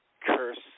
curse